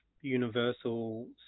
universal